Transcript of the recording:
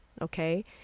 Okay